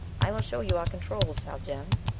i will show you our controls, haljan.